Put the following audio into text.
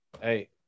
Hey